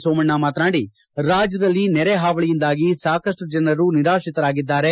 ಸೋಮಣ್ಣ ಮಾತನಾಡಿ ರಾಜ್ಯದಲ್ಲಿ ನೆರೆ ಪಾವಳಿಯಿಂದಾಗಿ ಸಾಕಷ್ಟು ಜನರು ನಿರಾತ್ರಿತರಾಗಿದ್ದಾರೆ